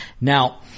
Now